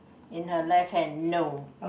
in her left hand no